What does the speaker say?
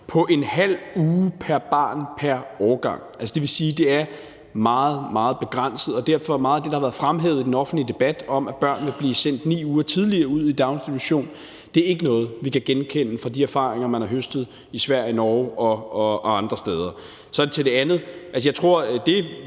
på en halv uge pr. barn pr. årgang. Det vil sige, at det er meget, meget begrænset, og derfor er meget af det, der har været fremhævet i den offentlige debat, om, at børn vil blive sendt 9 uger tidligere i daginstitution, ikke noget, vi kan genkende fra de erfaringer, man har høstet i Sverige, Norge og andre steder. Til det andet